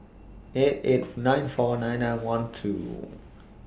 eight eight nine four nine nine one two